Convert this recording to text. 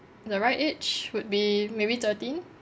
the right age would be maybe thirteen